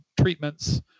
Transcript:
treatments